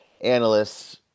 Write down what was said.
analysts